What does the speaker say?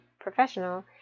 professional